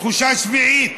תחושה שביעית,